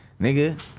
nigga